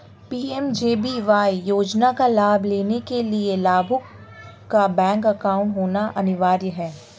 PMJBY योजना का लाभ लेने के लिया लाभुक का बैंक अकाउंट होना अनिवार्य है